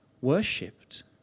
worshipped